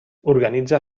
organitza